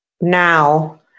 now